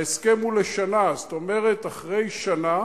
ההסכם הוא לשנה, זאת אומרת, אחרי שנה,